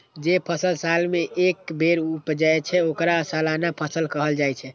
जे फसल साल मे एके बेर उपजै छै, ओकरा सालाना फसल कहल जाइ छै